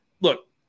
look